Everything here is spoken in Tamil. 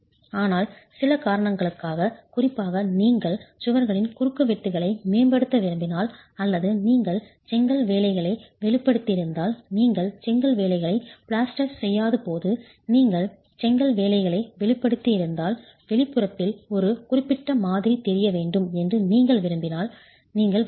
ஆனால் சில காரணங்களுக்காக குறிப்பாக நீங்கள் சுவர்களின் குறுக்குவெட்டுகளை மேம்படுத்த விரும்பினால் அல்லது நீங்கள் செங்கல் வேலைகளை வெளிப்படுத்தியிருந்தால் நீங்கள் செங்கல் வேலைகளை பிளாஸ்டர் செய்யாத போது நீங்கள் செங்கல் வேலைகளை வெளிப்படுத்தியிருந்தால் வெளிப்புறத்தில் ஒரு குறிப்பிட்ட மாதிரி தெரிய வேண்டும் என்று நீங்கள் விரும்பினால் நீங்கள் வைக்கலாம்